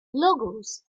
logos